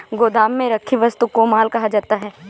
गोदाम में रखी वस्तु को माल कहा जाता है